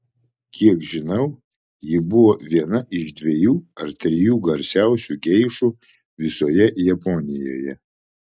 kiek žinau ji buvo viena iš dviejų ar trijų garsiausių geišų visoje japonijoje